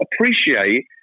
appreciate